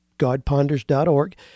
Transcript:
Godponders.org